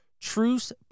Truce